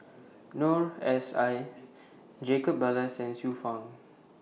Noor S I Jacob Ballas and Xiu Fang